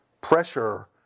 pressure